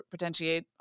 potentiate